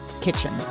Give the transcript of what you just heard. kitchen